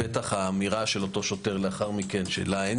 בטח גם האמירה של השוטר לאחר מכן שלה אין